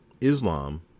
Islam